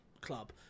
club